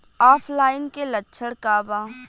ऑफलाइनके लक्षण क वा?